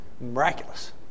miraculous